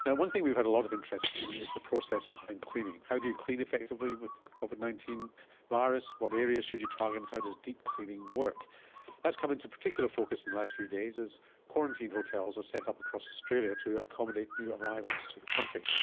and one thing we've had a lot of interest in is the process behind cleaning. how do you clean effectively with covid nineteen virus, what areas should you target, and how does deep cleaning work? that has come into particular focus in the last few days as quarantine hotels are set up across australia to accommodate new arrivals to the country,